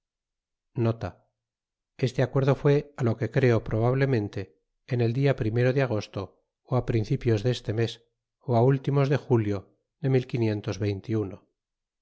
este acuerdo fue lo que creo probablemente en el dla e de agosto ó principios de este mes ultimos de julio de